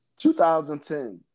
2010